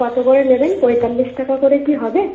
কতো করে নেবেন পঁয়তাল্লিশ টাকা করে কি হবে